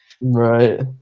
right